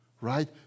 Right